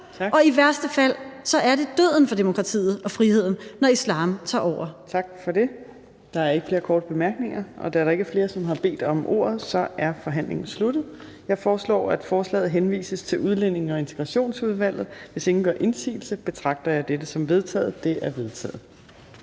og i værste fald er det døden for demokratiet og friheden, når islam tager over. Kl. 19:08 Fjerde næstformand (Trine Torp): Tak for det. Der er ikke flere korte bemærkninger. Da der ikke er flere, som har bedt om ordet, er forhandlingen sluttet. Jeg foreslår, at forslaget til folketingsbeslutning henvises til Udlændinge- og Integrationsudvalget. Hvis ingen gør indsigelse, betragter jeg dette som vedtaget. Det er vedtaget.